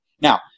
Now